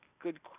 good